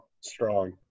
strong